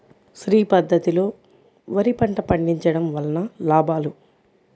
శ్రీ పద్ధతిలో వరి పంట పండించడం వలన లాభాలు?